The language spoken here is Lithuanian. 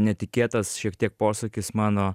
netikėtas šiek tiek posūkis mano